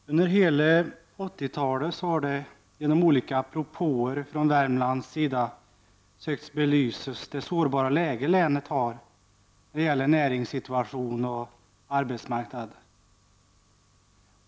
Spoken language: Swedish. Herr talman! Under hela 80-talet har man i Värmland genom olika propåer sökt belysa länets sårbara läge näringsmässigt och när det gäller arbetsmarknaden.